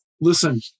listen